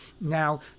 Now